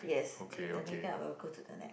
yes the makeup will go to the neck